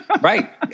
Right